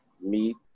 meat